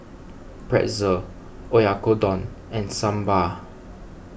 Pretzel Oyakodon and Sambar